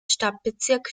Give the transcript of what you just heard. stadtbezirk